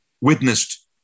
witnessed